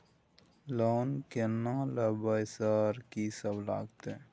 Loan की ना लेबय सर कि सब लगतै?